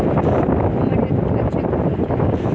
हमरा एक टा चेकबुक चाहि